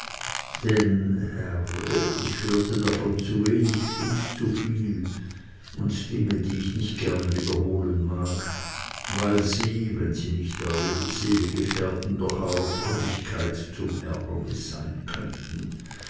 denn herr ich hörte davon zu wenig und zu viel und dinge die ich nicht gern wiederholen mag weil sie wenn nicht eure seele gefährden doch eurer frömmigkeit zum ärgernis sein könnten